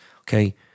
okay